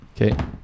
Okay